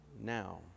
now